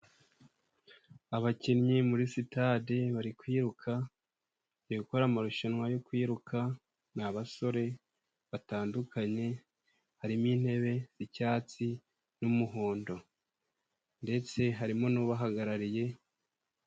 Abakinnyi muri sitade bari kwiruka, gukora amarushanwa yo kwiruka, ni basore batandukanye, harimo intebe z'icyatsi n'umuhondo. Ndetse harimo n'ubahagarariye,..